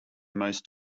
most